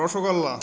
rasgulla